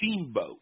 Steamboat